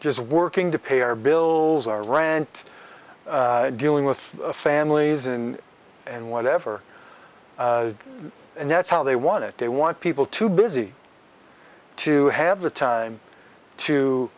just working to pay our bills are ranked dealing with families in and whatever and that's how they want it they want people too busy to have the time to